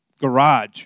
garage